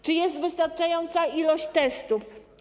Czy jest wystarczająca ilość testów?